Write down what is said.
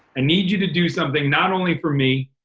ah need you to do something, not only for me,